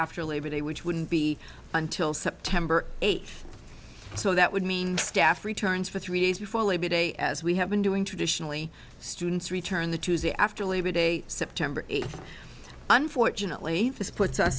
after labor day which wouldn't be until september eighth so that would mean staff returns for three days before labor day as we have been doing traditionally students return the tuesday after labor day september eighth unfortunately